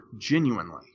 genuinely